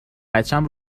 بچم